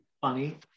Funny